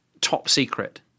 top-secret